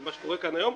למה שקורה כאן היום,